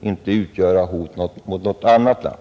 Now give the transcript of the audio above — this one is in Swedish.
inte utgöra hot mot något annat land.